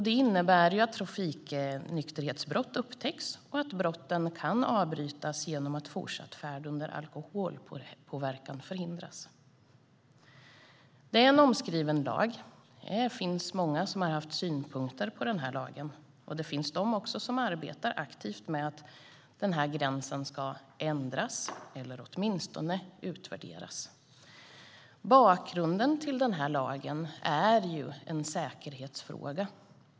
Det innebär att trafiknykterhetsbrott upptäcks och att brotten kan avbrytas genom att fortsatt färd under alkoholpåverkan förhindras. Det är en omskriven lag som många haft synpunkter på. Det finns också de som arbetar aktivt för att den här gränsen ska ändras eller åtminstone utvärderas. Bakgrunden till lagen är en säkerhetsfråga.